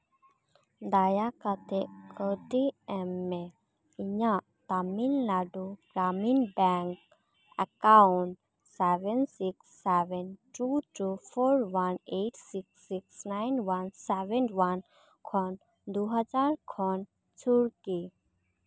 ᱫᱟᱭᱟᱠᱟᱛᱮ ᱠᱟᱹᱣᱰᱤ ᱮᱢ ᱢᱮ ᱤᱧᱟᱹᱜ Tamil Nadu Grameen bank account seven six seven two two four one eight six six nine one seven one ᱠᱷᱚᱱ ᱫᱩᱦᱟᱡᱟᱨ ᱠᱷᱚᱱ ᱪᱷᱩᱨᱠᱤ